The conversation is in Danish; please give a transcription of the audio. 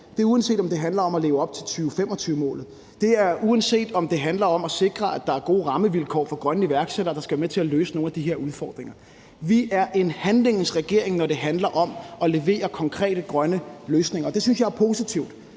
det er, uanset om det handler om at leve op til 2025-målet; og det er, uanset om det handler om at sikre, at der er gode rammevilkår for grønne iværksættere, der skal være med til at løse nogle af de her udfordringer. Vi er en handlingens regering, når det handler om at levere konkrete grønne løsninger, og det synes jeg er positivt,